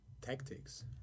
tactics